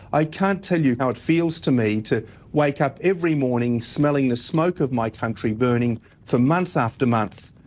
i can't tell you how it feels to me to wake up every morning smelling the smoke of my country burning for month after month,